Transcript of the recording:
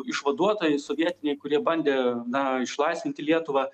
išvaduotojai sovietiniai kurie bandė na išlaisvinti lietuvą